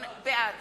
בעד